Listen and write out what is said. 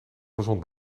gezond